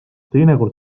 teinekord